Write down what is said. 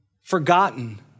forgotten